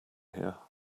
here